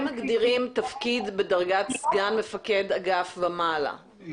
מגדירים תפקיד בדרגת סגן מנהל אגף ומעלה,